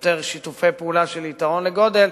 יותר שיתופי פעולה של יתרון לגודל.